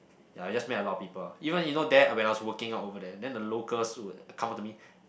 ya just meet a lot of people ah even you know there when I was working over there then the locals would come up to me